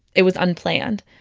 it was unplanned.